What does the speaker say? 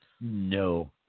No